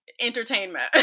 entertainment